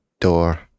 door